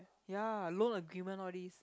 ya loan agreement all these